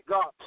God